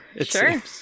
Sure